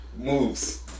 moves